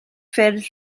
ffyrdd